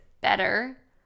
better